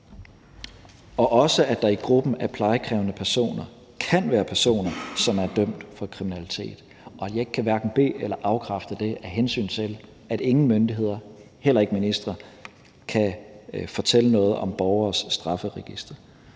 kan også i gruppen af plejekrævende personer være personer, som er dømt for kriminalitet. Jeg kan hverken be- eller afkræfte det, af hensyn til at ingen myndigheder, heller ikke en minister, kan fortælle noget om borgeres strafferegister.